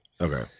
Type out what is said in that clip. Okay